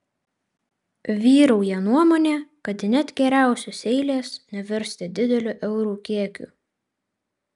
vyrauja nuomonė kad net geriausios eilės nevirsta dideliu eurų kiekiu